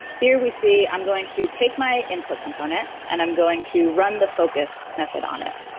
here we see i'm going to take my input component, and i'm going to run the focus method on it,